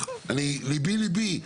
ליבי ליבי עליה,